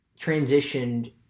transitioned